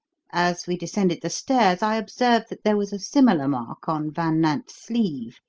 as we descended the stairs i observed that there was a similar mark on van nant's sleeve.